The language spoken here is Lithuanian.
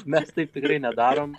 mes taip tikrai nedarom